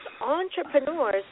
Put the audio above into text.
entrepreneurs